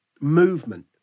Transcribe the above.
movement